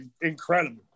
incredible